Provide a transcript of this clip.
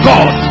God